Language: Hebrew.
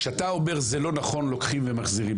כשאתה אומר: זה לא נכון שלוקחים ומחזירים.